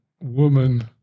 woman